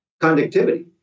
conductivity